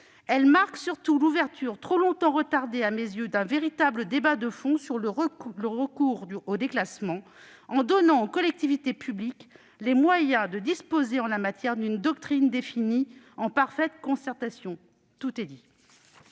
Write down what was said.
Elle marque surtout l'ouverture, trop longtemps retardée à mes yeux, d'un véritable débat de fond sur le recours au déclassement, en donnant aux collectivités publiques les moyens de disposer en la matière d'une doctrine définie en parfaite concertation. » Tout est dit